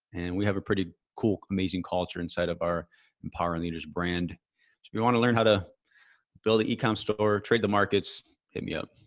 and we have a pretty cool, amazing culture inside of our empowering leaders brand. so we want to learn how to build the e-com store trade the markets hit me up.